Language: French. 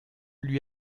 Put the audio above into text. lui